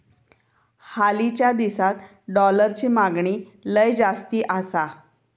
हालीच्या दिसात डॉलरची मागणी लय जास्ती आसा